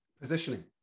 Positioning